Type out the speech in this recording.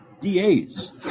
DAs